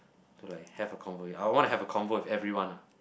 to like have a convo ya I wanna have convo with everyone ah